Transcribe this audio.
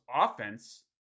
offense